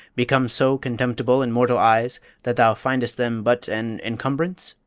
become so contemptible in mortal eyes that thou findest them but an encumbrance?